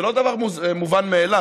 זה לא דבר מובן מאליו.